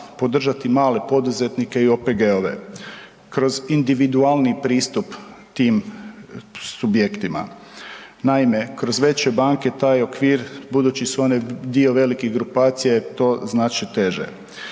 podržati male poduzetnike i OPG-ove kroz individualniji pristup tim subjektima. Naime, kroz veće banke taj okvir, budući su one dio velikih grupacija, je to znači teže.